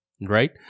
right